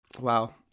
Wow